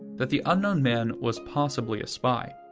that the unknown man was possibly a spy.